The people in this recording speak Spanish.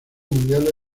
mundiales